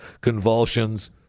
convulsions